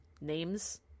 Names